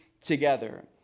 together